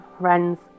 friends